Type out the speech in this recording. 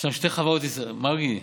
מרגי,